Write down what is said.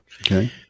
Okay